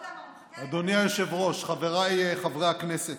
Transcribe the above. אדוני היושב-ראש, חבריי חברי הכנסת,